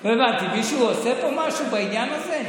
לא הבנתי, מישהו עושה פה משהו בעניין הזה?